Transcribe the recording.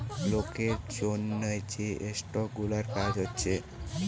লোকের জন্যে যে স্টক গুলার কাজ হচ্ছে